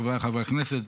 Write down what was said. חבריי חברי הכנסת,